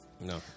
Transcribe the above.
No